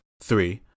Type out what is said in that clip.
three